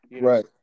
Right